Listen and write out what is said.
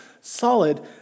solid